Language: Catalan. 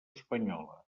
espanyola